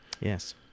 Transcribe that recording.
Yes